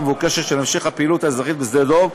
המבוקשת של המשך הפעילות האזרחית בשדה-דב,